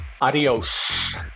Adios